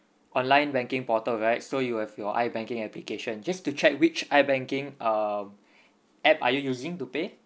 online banking portal right so you have your I banking application just to check which I banking um app are you using to pay